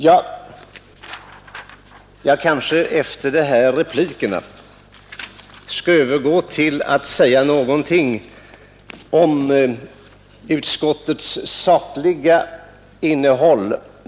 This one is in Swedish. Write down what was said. Efter dessa repliker kanske jag skall övergå till att säga någonting om utskottsbetänkandets sakliga innehåll.